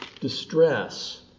distress